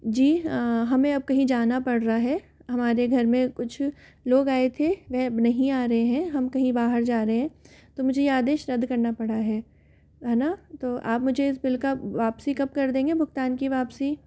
जी हमें अब कहीं जाना पड़ रहा है हमारे घर में कुछ लोग आये थे वह अब नहीं आ रहे हैं हम कहीं बाहर जा रहे हैं तो मुझे ये आदेश रद्द करना पड़ रहा है हैना तो आप मुझे इस बिल का वापसी कब कर देंगे भुगतान की वापसी